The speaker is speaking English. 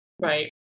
Right